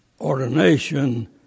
ordination